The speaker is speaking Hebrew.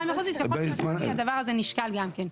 --- הוועדה המחוזית, הדבר הזה נשקל גם כן.